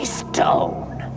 stone